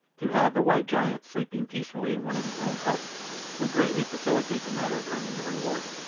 to have the white giant sleeping peacefully in one of his own huts would greatly facilitate the matter of earning the reward,